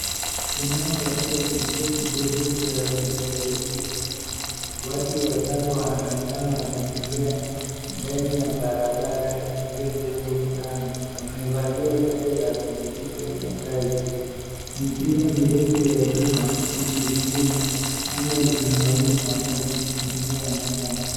Eneo katika kituo cha uzalishaji umeme watu watano wanaonekana wakitembea ndani ya barabara iliojengwa kwa lami amevalia sare za kujikinga za kazi. mipira mirefu ya chuma vimezunguka anga lina mawingu machache hasa ya mchana.